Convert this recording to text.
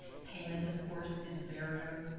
payment, of course, is a barrier